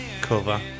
cover